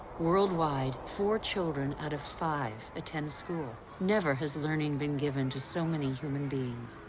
worldwide, four children out of five attend school. never has learning been given to so many human beings.